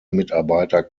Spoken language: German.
mitarbeiter